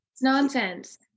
nonsense